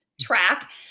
track